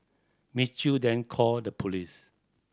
Miss Chew then called the police